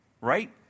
Right